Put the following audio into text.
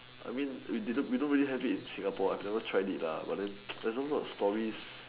I mean we don't really have it in Singapore I have never tried it but there's a lot of stories